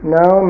no